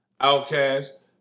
Outcast